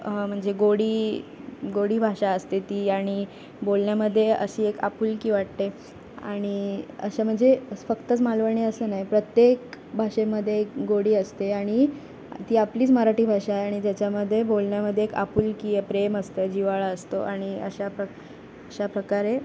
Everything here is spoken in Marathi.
म्हणजे गोडी गोडी भाषा असते ती आणि बोलण्यामध्ये अशी एक आपुलकी वाटते आणि अशा म्हणजे फक्तच मालवणी असं नाही प्रत्येक भाषेमध्ये एक गोडी असते आणि ती आपलीच मराठी भाषा आहे आणि ज्याच्यामध्ये बोलण्यामध्ये एक आपुलकी प्रेम असतं जिव्हाळा असतो आणि अशा प्र अशाप्रकारे